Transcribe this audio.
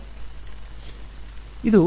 ವಿದ್ಯಾರ್ಥಿ ಮೊತ್ತ